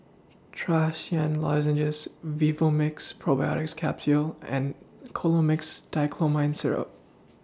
Trachisan Lozenges Vivomixx Probiotics Capsule and Colimix Dicyclomine Syrup